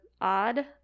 odd